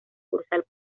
sucursal